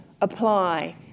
apply